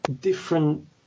different